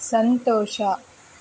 ಸಂತೋಷ